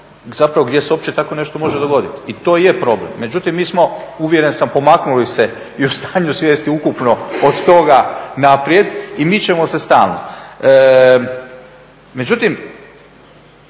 zapravo gdje se uopće takvo nešto može dogoditi i to je problem. Međutim, mi smo uvjeren sam pomaknuli se i u stanju svijesti ukupno od toga naprijed i mičemo se stalno.